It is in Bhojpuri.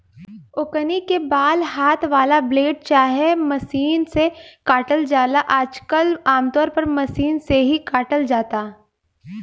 ओकनी के बाल हाथ वाला ब्लेड चाहे मशीन से काटल जाला आजकल आमतौर पर मशीन से ही काटल जाता